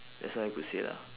that's all I could say lah